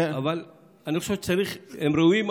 אני חושב שהם ראויים,